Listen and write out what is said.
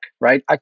right